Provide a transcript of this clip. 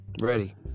ready